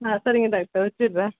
ஆ சரிங்க டாக்டர் வச்சுட்றேன்